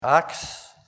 Acts